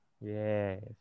Yes